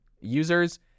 users